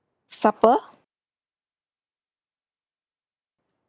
supper